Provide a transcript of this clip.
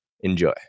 Enjoy